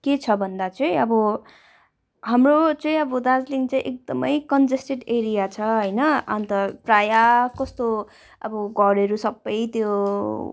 के छ भन्दा चाहिँ अब हाम्रो चाहिँ अब दार्जिलिङ चाहिँ एकदमै कन्जेस्टेड एरिया छ होइन अन्त प्राय कस्तो अब घरहरू सबै त्यो